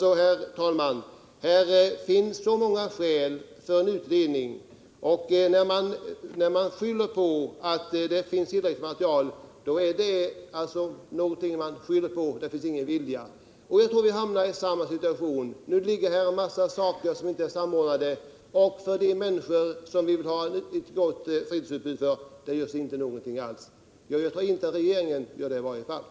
Herr talman! Det finns många skäl för en utredning. När man säger att det redan finns tillräckligt med material är det bara något man skyller på. Det finns ingen vilja. Nu föreslås en massa saker som inte är samordnade, och för de människor som vi vill ge ett gott fritidsutbud görs det ingenting alls. Jag tror i varje fall inte att regeringen gör det.